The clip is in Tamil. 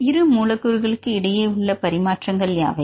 இரு மூலக்கூறுகளுக்கு இடையே உள்ள பரிமாற்றங்கள் யாவை